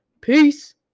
Peace